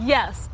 Yes